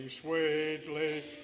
sweetly